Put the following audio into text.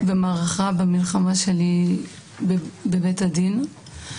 במערכה במלחמה שלי בבית הדין,